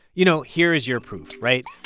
you know, here is your proof right?